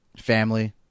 family